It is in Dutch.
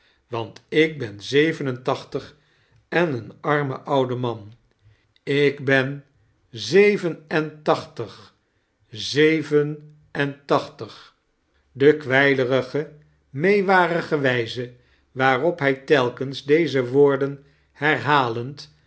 want ik ben zeven en taehtig en een arme oude man taehtig zeven i de kwijlerige waarop hij telkens deze woorden her